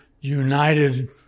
United